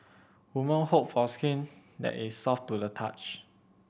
women hope for skin that is soft to the touch